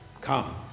come